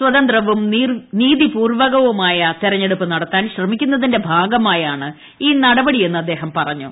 സ്വതന്ത്രവും നീതിയുക്തവുമായ തെരഞ്ഞെടുപ്പ് നടത്താൻ ശ്രമിക്കുന്നതിന്റെ ഭാഗമായാണ് ഈ നട്ടപ്പടിയെന്ന് അദ്ദേഹം പറഞ്ഞു